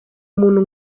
umuntu